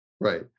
right